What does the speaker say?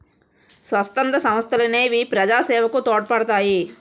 స్వచ్ఛంద సంస్థలనేవి ప్రజాసేవకు తోడ్పడతాయి